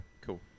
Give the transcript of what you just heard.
Cool